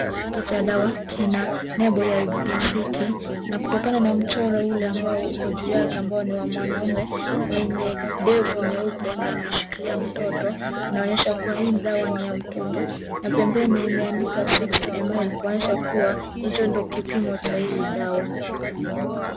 Kifiniko cha dawa kina nembo ya Ibugesic na kutokana na mchoro ule ambao uko juu yake ambao ni wa mwanaume mwenye ndevu nyeupe na ameshikilia mtoto, inaonyesha kuwa hii dawa ni ya mtoto na pembeni imeandikwa 60ml kuonyesha kuwa hicho ndio kipimo cha hii dawa.